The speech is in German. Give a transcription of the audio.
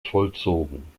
vollzogen